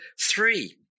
three